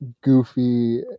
goofy